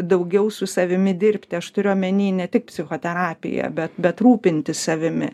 daugiau su savimi dirbti aš turiu omeny ne tik psichoterapiją be bet rūpintis savimi